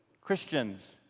Christians